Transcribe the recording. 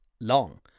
long